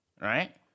right